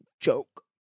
joke